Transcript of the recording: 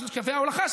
קווי ההולכה,